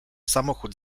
samochód